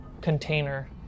container